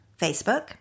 Facebook